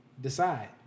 Decide